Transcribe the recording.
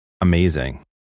amazing